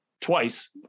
twice